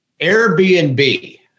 Airbnb